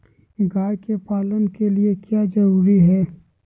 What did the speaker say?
गाय के पालन के लिए क्या जरूरी है?